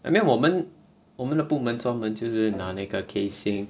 I mean 我们我们的部门专门就是拿那个 casing